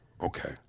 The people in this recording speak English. okay